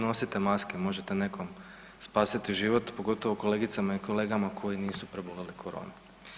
Nosite maske, možete nekom spasiti život pogotovo kolegicama i kolegama koji nisu preboljeli coronu.